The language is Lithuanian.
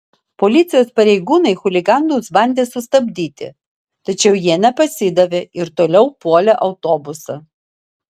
policijos pareigūnai chuliganus bandė sustabdyti tačiau jie nepasidavė ir toliau puolė autobusą